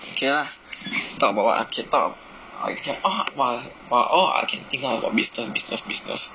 okay lah talk about what okay talk okay orh !wah! !wah! all I think now about business business business